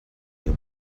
your